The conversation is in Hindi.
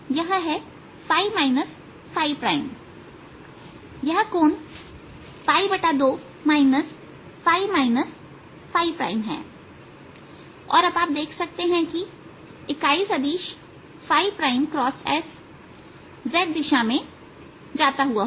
यह है यह कोण 2 और अब आप देख सकते हैं कि इकाई सदिश प्राइम x s z दिशा में जाता हुआ होगा